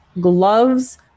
gloves